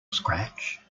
scratch